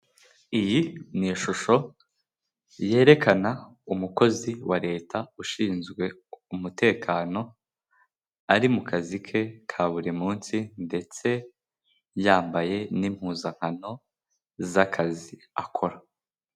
Iyi ni ishusho yerekana umukozi wa leta ushinzwe umutekano, ari mu kazi ke ka buri munsi ndetse yambaye n'impuzankano z'akazi akora.